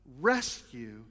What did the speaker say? rescue